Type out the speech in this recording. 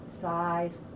size